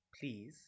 Please